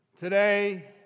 Today